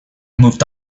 moved